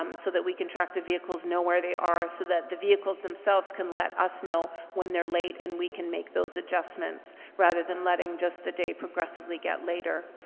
um so that we can track the vehicles, know where they are, so that the vehicles themselves can let us know when they're late and we can make those adjustments, rather than letting just the day progressively get later.